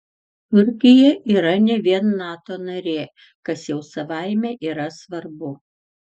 turkija yra ne vien nato narė kas jau savaime yra svarbu